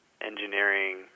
engineering